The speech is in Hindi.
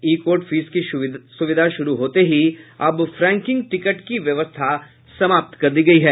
ई कोर्ट फीस की सुविधा शुरू होते ही अब फ्रैंकिंग टिकट की व्यवस्था समाप्त कर दी गयी है